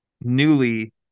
newly